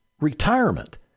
retirement